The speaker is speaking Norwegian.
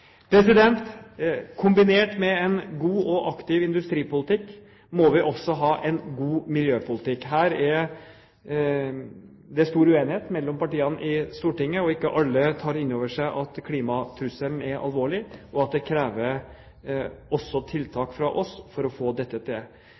Kombinert med en god og aktiv industripolitikk må vi også ha en god miljøpolitikk. Her er det stor uenighet mellom partiene på Stortinget. Ikke alle tar inn over seg at klimatrusselen er alvorlig, og at det også krever